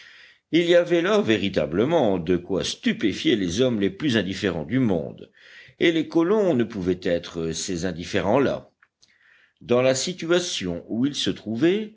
il y avait là véritablement de quoi stupéfier les hommes les plus indifférents du monde et les colons ne pouvaient être ces indifférents là dans la situation où ils se trouvaient